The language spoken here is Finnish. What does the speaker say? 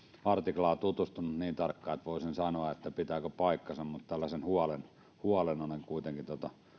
artiklaan tutustunut niin tarkkaan että voisin sanoa pitääkö paikkansa mutta tällaisen huolen huolen olen kuitenkin